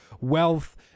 wealth